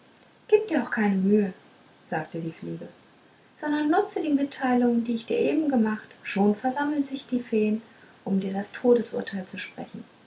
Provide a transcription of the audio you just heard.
gib dir auch keine mühe sagte die fliege sondern nutze die mitteilungen die ich dir eben gemacht schon versammelen sich die feen um dir das todesurteil zu sprechen